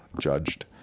judged